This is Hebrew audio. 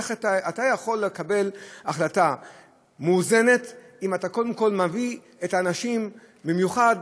אתה יכול לקבל החלטה מאוזנת אם אתה קודם כול מביא את האנשים במיוחד,